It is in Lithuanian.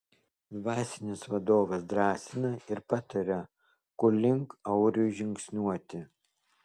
dvasinis vadovas drąsina ir pataria kur link auriui žingsniuoti